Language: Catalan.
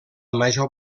major